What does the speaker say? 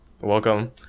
welcome